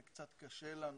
וקצת קשה לנו